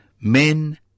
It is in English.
Men